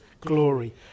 glory